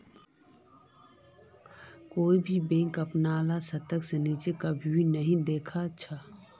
कोई भी बैंक अपनार स्तर से नीचा कभी नी दख छे